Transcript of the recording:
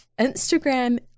Instagram